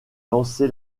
lancée